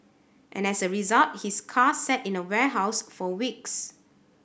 and as a result his car sat in a warehouse for weeks